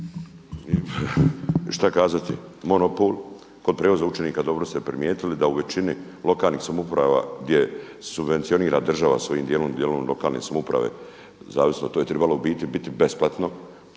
Šta kazati, monopol kod prijevoza učenika, dobro ste primijetili da u većini lokalnih samouprava gdje subvencionira država svojim dijelom, dijelom lokalne samouprave, zavisno to je trebalo biti besplatno,